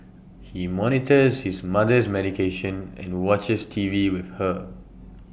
he monitors his mother's medication and watches T V with her